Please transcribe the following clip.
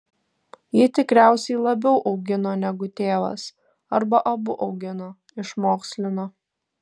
ji tikriausiai labiau augino negu tėvas arba abu augino išmokslino